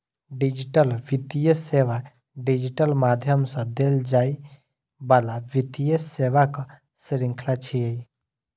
digital वित्तीय सेवा digital माध्यम सं देल जाइ बला वित्तीय सेवाक शृंखला छियै